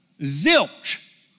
zilch